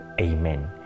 Amen